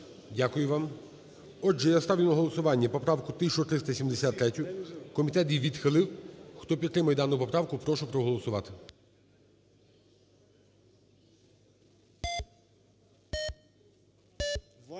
Дякую вам. Отже, я ставлю на голосування поправку 1373-ю. Комітет її відхилив. Хто підтримує дану поправку, прошу проголосувати.